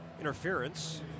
interference